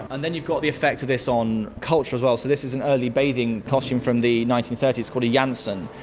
and then you've got the effect of this on culture as well. so this is an early bathing costume from the nineteen thirty s called a jantzen,